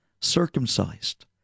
circumcised